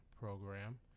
program